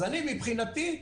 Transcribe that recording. מבחינתי,